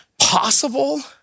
possible